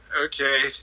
okay